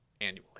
annually